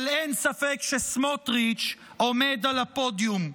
אבל אין ספק שסמוטריץ' עומד על הפודיום.